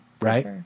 right